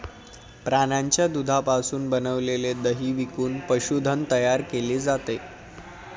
प्राण्यांच्या दुधापासून बनविलेले दही विकून पशुधन तयार केले जाते